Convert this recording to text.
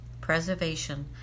preservation